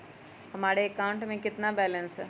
हमारे अकाउंट में कितना बैलेंस है?